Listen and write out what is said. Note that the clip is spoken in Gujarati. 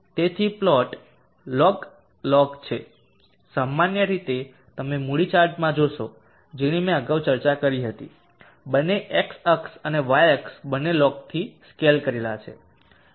તેથી પ્લોટ લોગલોગ છે સામાન્ય રીતે તમે મૂડી ચાર્ટમાં જોશો જેની મેં અગાઉ ચર્ચા કરી હતી બંને એક્સ અક્ષ અને વાય અક્ષ બંને લોગથી સ્કેલ કરેલા છે